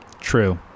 True